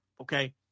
Okay